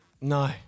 No